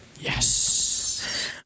Yes